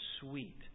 sweet